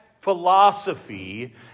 philosophy